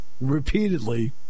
repeatedly